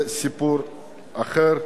זה סיפור אחר,